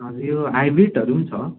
हजुर यो हाइब्रिडहरू पनि छ